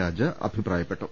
രാജ അഭിപ്രായപ്പെട്ടു